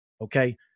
okay